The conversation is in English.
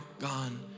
gone